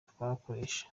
twakoresha